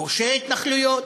גושי התנחלויות,